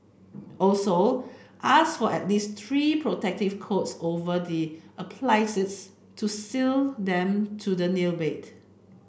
also ask for at least three protective coats over the applies to seal them to the nail bed